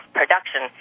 production